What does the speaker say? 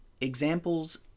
examples